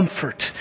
comfort